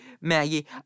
Maggie